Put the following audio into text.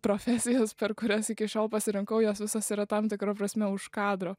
profesijas per kurias iki šiol pasirinkau jos visos yra tam tikra prasme už kadro